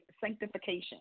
sanctification